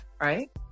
right